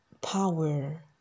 power